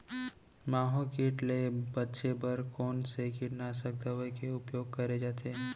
माहो किट ले बचे बर कोन से कीटनाशक दवई के उपयोग करे जाथे?